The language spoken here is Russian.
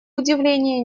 удивления